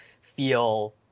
feel